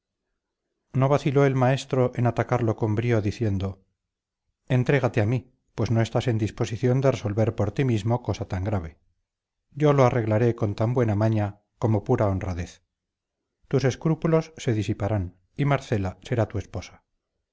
no vaciló el maestro en atacarlo con brío diciendo entrégate a mí pues no estás en disposición de resolver por ti mismo cosa tan grave yo lo arreglaré con tan buena maña como pura honradez tus escrúpulos se disiparán y marcela será tu esposa